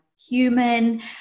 human